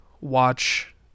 watch –